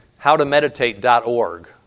howtomeditate.org